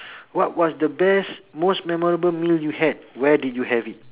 what was the best most memorable meal you had where did you have it